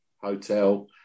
Hotel